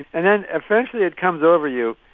and then eventually it comes over you.